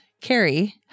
Carrie